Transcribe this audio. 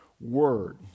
Word